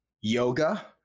yoga